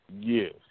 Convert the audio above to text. Yes